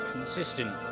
Consistent